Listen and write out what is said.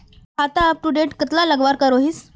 खाता अपटूडेट कतला लगवार करोहीस?